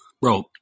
Bro